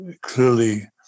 clearly